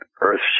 earth